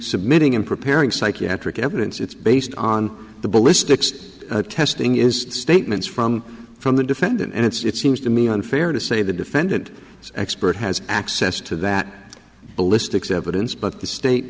submitting and preparing psychiatric evidence it's based on the ballistics testing is statements from from the defendant and it's seems to me unfair to say the defendant expert has access to that ballistics evidence but the state